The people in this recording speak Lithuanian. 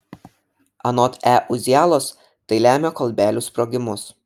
anot e uzialos tai lemia kolbelių sprogimus